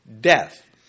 death